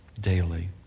daily